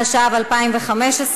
התשע"ו 2015,